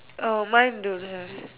oh mine don't have